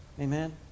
Amen